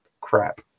crap